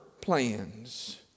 plans